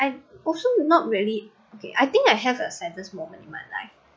I also not really okay I think I have a saddest moment in my life